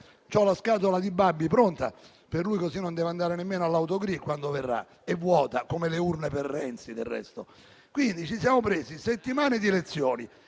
Ho la scatola di babbi pronta per lui, così non deve andare nemmeno all'autogrill quando verrà. È vuota, come le urne per Renzi del resto. Ci siamo presi settimane di lezioni,